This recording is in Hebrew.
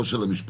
לא של המשפחות,